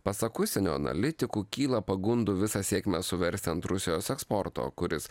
pasak užsienio analitikų kyla pagundų visą sėkmę suversti ant rusijos eksporto kuris